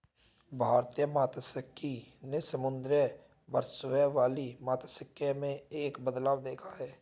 भारतीय मात्स्यिकी ने समुद्री वर्चस्व वाली मात्स्यिकी में एक बदलाव देखा है